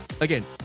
again